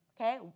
Okay